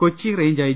Kochi range I